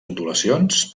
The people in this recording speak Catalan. ondulacions